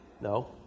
No